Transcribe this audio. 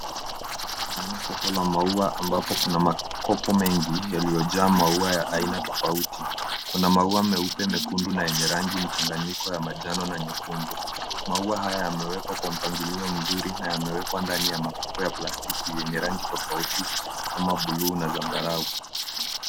Hapa naona soko la maua ambapo kuna makopo mengi yaliyojaa maua ya aina tofauti. Kuna maua meupe, mekundu na yenye rangi mchanganyiko ya manjano na nyekundu. Maua haya yamewekwa kwa mpangilio mzuri na yamewekwa ndani ya makopo ya plastiki yenye rangi tofauti kama buluu na zambarau.